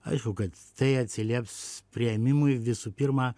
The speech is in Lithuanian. aišku kad tai atsilieps priėmimui visų pirma